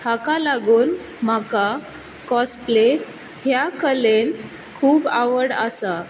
हाका लागून म्हाका कोसप्ले ह्या कलेंत खूब आवड आसा